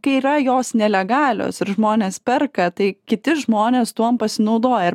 kai yra jos nelegalios ir žmonės perka tai kiti žmonės tuom pasinaudoja ir